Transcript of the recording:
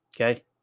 Okay